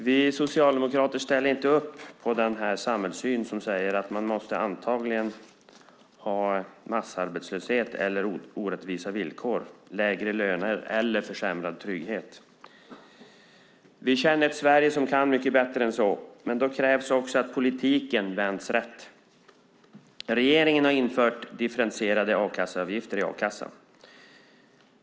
Vi socialdemokrater ställer inte upp på den samhällssyn som säger att man antagligen måste ha massarbetslöshet eller orättvisa villkor, lägre löner eller försämrad trygghet. Vi känner ett Sverige som kan mycket bättre än så, men då krävs att politiken vänds rätt. Regeringen har infört differentierade avgifter i a-kassan.